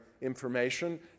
information